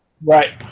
Right